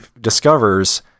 discovers